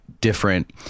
different